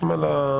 אני מבין שהמלצתם,